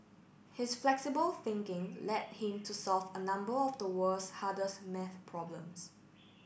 his flexible thinking led him to solve a number of the world's hardest maths problems